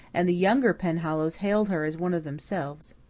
and the younger penhallows hailed her as one of themselves.